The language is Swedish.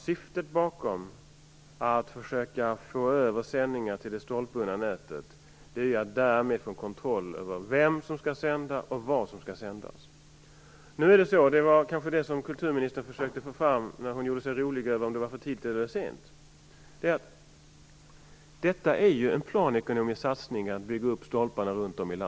Syftet med att försöka få över sändningar till det stolpbundna nätet är nämligen att få kontroll över vem som skall sända och vad som skall sändas. Att sätta upp stolpar runt om i landet är en planekonomisk satsning. Det kanske var det som kulturministern försökte få fram när hon gjorde sig rolig över om det var för tidigt eller för sent.